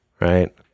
right